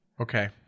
Okay